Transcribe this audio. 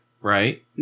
right